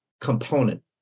component